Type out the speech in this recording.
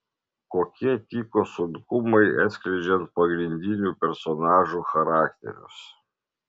kokie tyko sunkumai atskleidžiant pagrindinių personažų charakterius